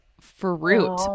fruit